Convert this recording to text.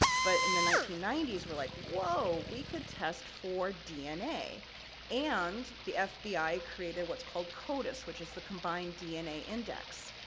but in the nineteen ninety s, we're like, whoa, we could test for dna and the fbi created what's called codis, which is the combined dna index.